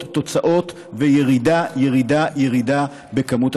תוצאות וירידה ירידה ירידה במספר התאונות.